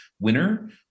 winner